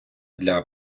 для